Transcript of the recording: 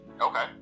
Okay